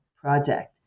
project